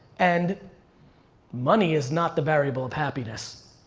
and money is not the variable of happiness.